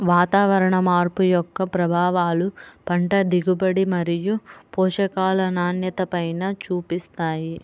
వాతావరణ మార్పు యొక్క ప్రభావాలు పంట దిగుబడి మరియు పోషకాల నాణ్యతపైన చూపిస్తాయి